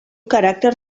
caràcter